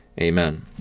Amen